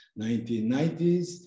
1990s